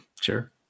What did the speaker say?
Sure